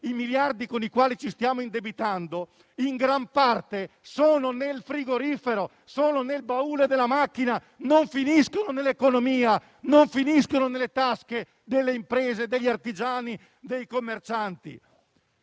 e con i quali ci siamo indebitando sono in gran parte nel frigorifero, nel baule della macchina, non finiscono nell'economia, non finiscono nelle tasche delle imprese, degli artigiani e dei commercianti.